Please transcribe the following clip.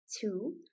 Two